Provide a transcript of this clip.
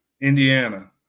Indiana